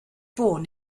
born